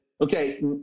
Okay